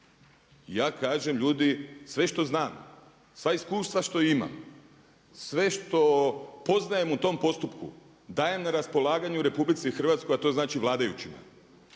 ja kažem ljudi sve što znam, sva iskustva što imam, sve što poznajem u tom postupku dajem na raspolaganje u RH a to znači vladajućima